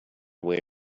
way